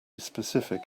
specific